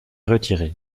retirée